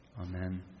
Amen